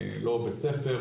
לא בית ספר,